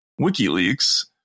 WikiLeaks